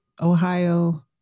Ohio